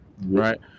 right